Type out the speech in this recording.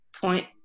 point